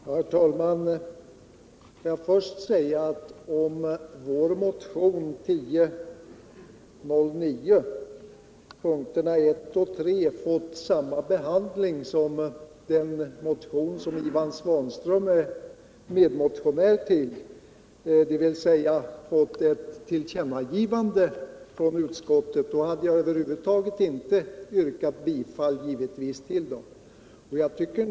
Herr talman! Får jag först säga att om punkterna 1 och 3 i vår motion nr 1009 hade fått samma behandling som den motion där Ivan Svanström är medmotionär, dvs. resulterat i ett tillkännagivande från utskottet, skulle jag över huvud taget inte ha yrkat bifall till dessa punkter.